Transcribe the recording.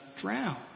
drown